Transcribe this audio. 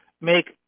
make